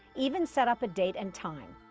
even set up a date and time.